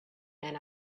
man